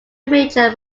major